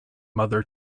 mother